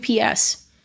ups